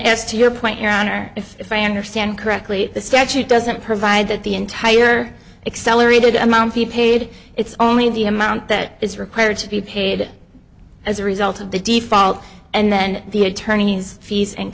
to your point your honor if i understand correctly the statute doesn't provide that the entire excel or a good amount be paid it's only the amount that is required to be paid as a result of the default and then the attorney's fees and